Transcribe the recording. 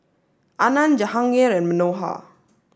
Anand Jahangir and Manohar